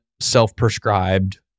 self-prescribed